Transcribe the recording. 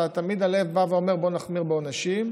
תמיד הלב בא ואומר: בואו נחמיר בעונשים.